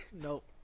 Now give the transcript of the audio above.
Nope